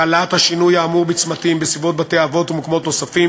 החלת השינוי האמור בצמתים בסביבות בתי-אבות ובמקומות נוספים